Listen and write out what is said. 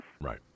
Right